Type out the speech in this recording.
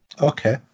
okay